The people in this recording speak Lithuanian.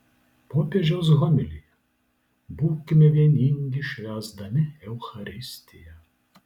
popiežiaus homilija būkime vieningi švęsdami eucharistiją